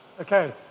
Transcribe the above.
okay